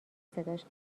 صداش